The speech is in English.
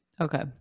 Okay